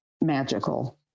magical